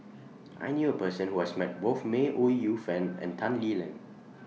I knew A Person Who has Met Both May Ooi Yu Fen and Tan Lee Leng